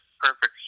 perfect